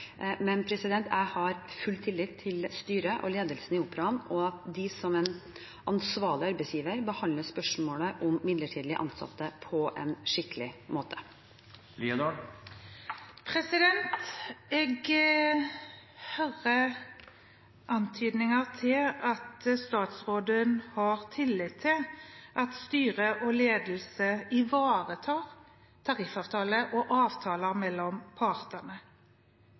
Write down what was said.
Jeg har full tillit til styret og ledelsen i Operaen og at de som en ansvarlig arbeidsgiver behandler spørsmålet om midlertidige ansatte på en skikkelig måte. Jeg hører antydninger til at statsråden har tillit til at styre og ledelse ivaretar tariffavtale og avtaler mellom partene.